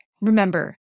Remember